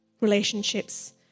relationships